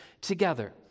together